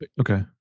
Okay